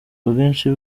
ubwinshi